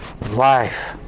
life